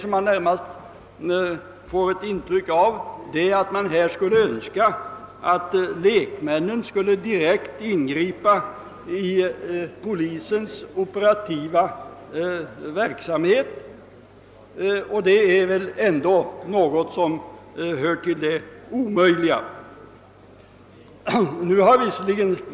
Jag har närmast fått det intrycket att utskottsmajoriteten önskar att lekmännen skulle ingripa direkt i polisens operativa verksamhet, men det är väl ändå något som hör till det omöjliga.